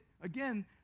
again